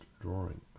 drawing